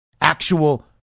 Actual